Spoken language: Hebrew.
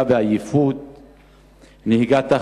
נהיגה בעייפות,